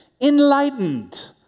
enlightened